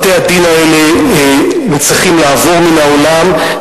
בתי-הדין האלה צריכים לעבור מן העולם,